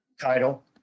title